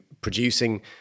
producing